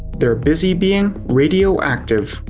they're busy being radioactive.